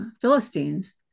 Philistines